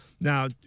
Now